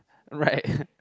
right